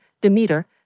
Demeter